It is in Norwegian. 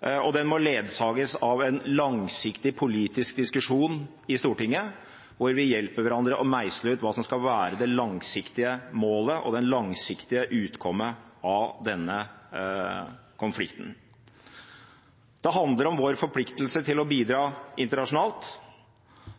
og den må ledsages av en langsiktig politisk diskusjon i Stortinget hvor vi hjelper hverandre med å meisle ut hva som skal være det langsiktige målet og det langsiktige utkomme av denne konflikten. Det handler om vår forpliktelse til å bidra internasjonalt,